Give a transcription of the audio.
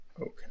Okay